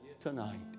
tonight